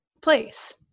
place